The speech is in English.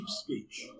speech